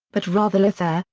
but rather lothair,